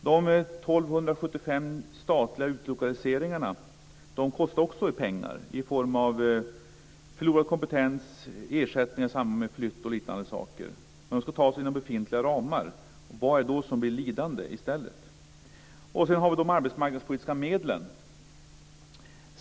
De 1 275 statliga utlokaliseringarna kostar också pengar i form av förlorad kompetens, ersättningar i samband med flytt och liknande saker. De ska tas inom befintliga ramar. Vad blir lidande i stället? Sedan har vi de arbetsmarknadspolitiska medlen.